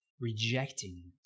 rejecting